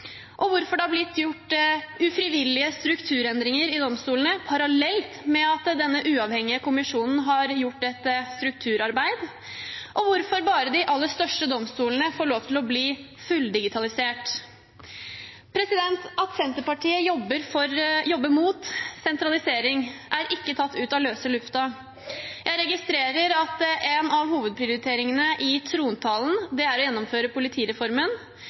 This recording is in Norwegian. situasjon, hvorfor det har blitt gjort ufrivillige strukturendringer i domstolene parallelt med at denne uavhengige kommisjonen har gjort et strukturarbeid, og hvorfor bare de aller største domstolene får lov til å bli fulldigitalisert. At Senterpartiet jobber mot sentralisering, er ikke tatt ut av løse luften. Jeg registrerer at en av hovedprioriteringene i trontalen er å gjennomføre politireformen.